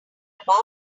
about